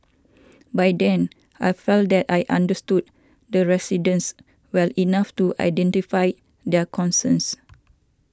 by then I felt that I understood the residents well enough to identify their concerns